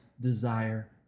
desire